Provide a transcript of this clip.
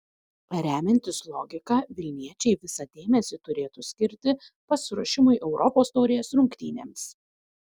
remiantis logika vilniečiai visą dėmesį turėtų skirti pasiruošimui europos taurės rungtynėms